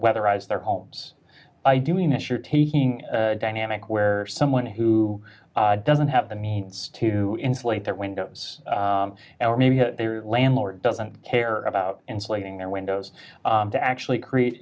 weatherize their homes by doing this you're taking a dynamic where someone who doesn't have the means to inflate their windows or maybe their landlord doesn't care about insulating their windows to actually create